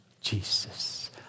Jesus